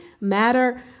matter